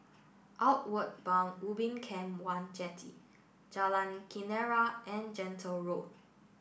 outward Bound Ubin Camp One Jetty Jalan Kenarah and Gentle Road